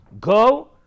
go